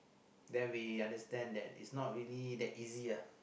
then we understand that is not really that easy ah